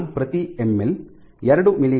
gram ಪ್ರತಿ M L ಎರಡು ಮಿ